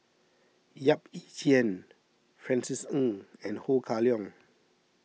Yap Ee Chian Francis Ng and Ho Kah Leong